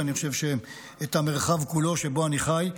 ואני חושב שאת המרחב כולו שבו אני חי.